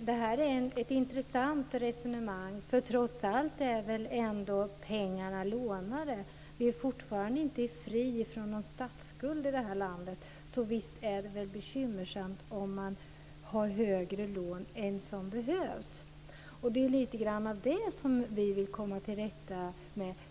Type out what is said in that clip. Det här är ett intressant resonemang. Trots allt är väl ändå pengarna lånade? Vi är fortfarande inte fria från någon statsskuld i landet. Visst är det bekymmersamt om man har högre lån än vad som behövs. Det är lite grann detta som vi vill komma till rätta med.